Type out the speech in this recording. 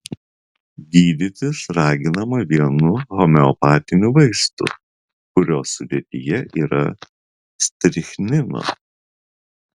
gydytis raginama vienu homeopatiniu vaistu kurio sudėtyje yra strichnino